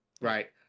right